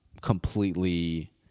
completely